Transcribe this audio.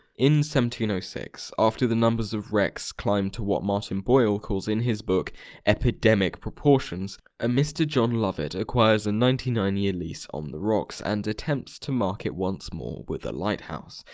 in so um one you know six, after the numbers of wrecks climbed to what martin boyle calls in his book epidemic proportions a mister john lovett acquires a ninety nine year lease on the rocks and attempts to mark it once more with a lighthouse,